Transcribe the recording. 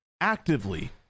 actively